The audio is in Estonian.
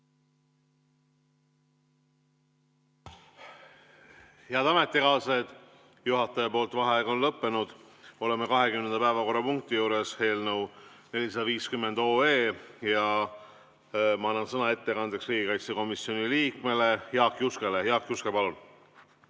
Head ametikaaslased, juhataja võetud vaheaeg on lõppenud. Oleme 20. päevakorrapunkti juures, eelnõu 450, ja ma annan sõna ettekandeks riigikaitsekomisjoni liikmele Jaak Juskele. Jaak Juske, palun!